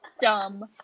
Dumb